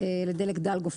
לדלק דל גופרית.